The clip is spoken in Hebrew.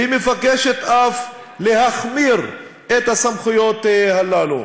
והיא מבקשת אף להחמיר את הסמכויות האלה.